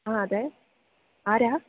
ആ അതെ ആരാണ്